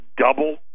double